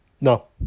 No